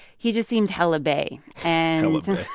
he just seemed hella bay, and.